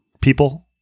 people